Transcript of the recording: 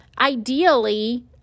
Ideally